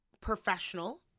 professional